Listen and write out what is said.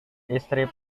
istri